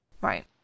Right